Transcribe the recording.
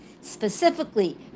Specifically